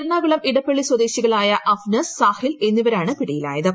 എറണാകുളം ഇടപള്ളി സ്വദേശികളായ അഫ്നസ് സാഹിൽഎന്നിവരാണ് പടിയിലായത്